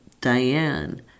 Diane